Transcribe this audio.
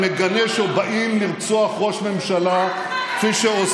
ואני לא שמעתי אותך ואף אחד כאן מגנה שבאים לרצוח ראש ממשלה כפי שעושים.